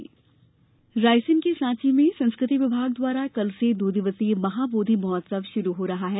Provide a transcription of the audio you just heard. महाबोद्धि महोत्सव रायसेन के साँची में संस्कृति विभाग द्वारा कल से दो दिवसीय महाबोधि महोत्सव शुरू हो रहा है